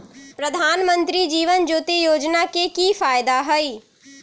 प्रधानमंत्री जीवन ज्योति योजना के की फायदा हई?